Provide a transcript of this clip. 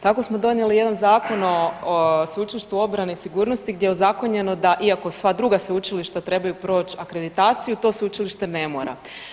Tako smo donijeli jedan Zakon o Sveučilištu obrane i sigurnosti gdje je ozakonjeno da iako sva druga sveučilišta trebaju proć akreditaciju, to sveučilište ne mora.